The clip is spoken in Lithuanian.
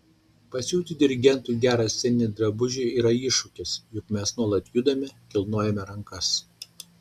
pasiūti dirigentui gerą sceninį drabužį yra iššūkis juk mes nuolat judame kilnojame rankas